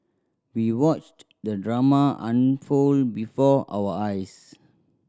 we watched the drama unfold before our eyes